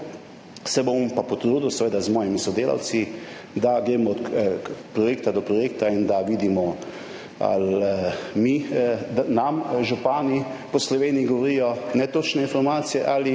Se bom pa potrudil, seveda z mojimi sodelavci, da gremo od projekta do projekta in da vidimo, ali nam župani po Sloveniji govorijo netočne informacije ali